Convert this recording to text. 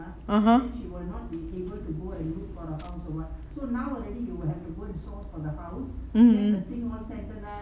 (uh huh) mm mm